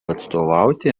atstovauti